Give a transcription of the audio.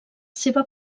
seva